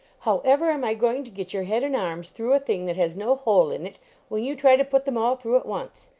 how ever am i going to get your head and arms through a thing that has no hole in it when you try to put them all through at once?